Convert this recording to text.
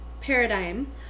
paradigm